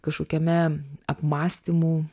kažkokiame apmąstymų